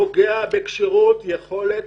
פוגע בכשירות יכולת